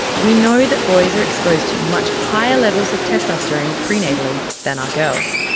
we know that boys are exposed to much higher levels of testosterone prenatally than are girls.